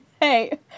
hey